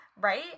right